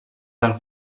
del